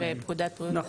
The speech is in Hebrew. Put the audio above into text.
כן.